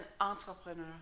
entrepreneur